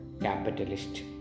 capitalist